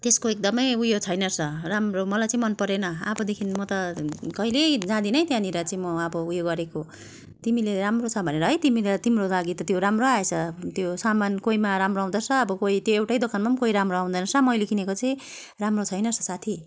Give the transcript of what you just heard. त्यसको एकदमै उयो छैन रहेछ राम्रो मलाई चाहिँ मन परेन अबदेखि म त कहिल्यै जादिनै त्यहाँनिर चाहिँ म अब उयो गरेको तिमीले राम्रो छ भनेर है तिमीले तिम्रो लागि त त्यो राम्रो आएछ त्यो सामान कोहीमा राम्रो आउँदोरहेछ अब कोही त्यो एउटै दोकानमा पनि कोही राम्रो आउँदैन रहेछ मैले किनेको चाहिँ राम्रो छैन रहेछ साथी